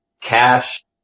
Cash